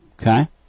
Okay